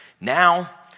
Now